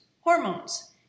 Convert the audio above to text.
Hormones